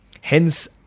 Hence